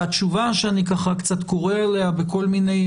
התשובה שאני קצת קורא עליה בכל מיני